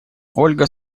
ольга